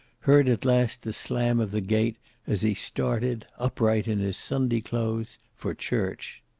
heard at last the slam of the gate as he started, upright in his sunday clothes, for church.